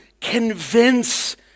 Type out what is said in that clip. convince